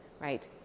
right